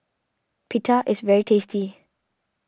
Pita is very tasty